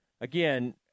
again